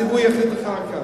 את זה הציבור יחליט אחר כך.